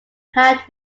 had